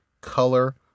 color